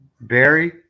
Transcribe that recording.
Barry